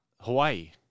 Hawaii